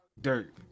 dirt